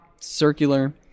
circular